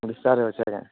discharge ହେଉଛି ଆଜ୍ଞା